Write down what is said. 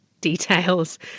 details